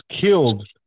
killed